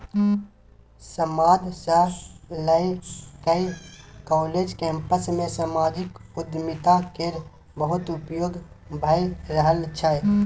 समाद सँ लए कए काँलेज कैंपस मे समाजिक उद्यमिता केर बहुत उपयोग भए रहल छै